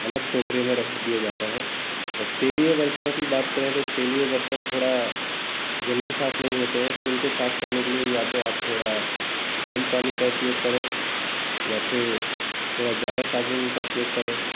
अलग टोकरे में रख दिया जाता है और तेलीय बर्तनों की बात करें तो तेलीय बर्तन थोड़ा जल्दी साफ नहीं होते हैं तो इनको साफ करने लिए या तो आप थोड़ा गरम पानी का उपयोग करें या फिर थोड़ा ज़्यादा साबुन का उपयोग करें